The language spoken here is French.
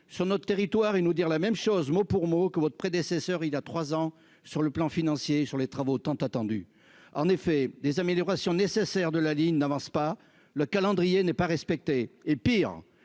sur notre territoire, il nous dire la même chose, mot pour mot, que votre prédécesseur, il a 3 ans, sur le plan financier sur les travaux tant attendu en effet des améliorations nécessaires de la ligne n'avance pas, le calendrier n'est pas respectée et pire